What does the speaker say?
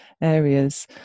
areas